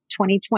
2020